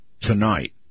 tonight